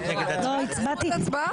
אין לך זכות הצבעה?